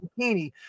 bikini